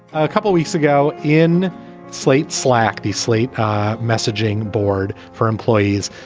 a couple of weeks ago in slate slack, the sleep messaging board for employees.